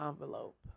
envelope